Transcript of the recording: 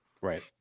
right